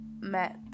met